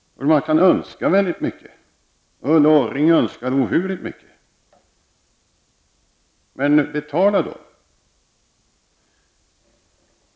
Man kan önska väldigt mycket, och Ulla Orring önskar ohyggligt mycket. Men betala då!